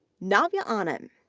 navya annam,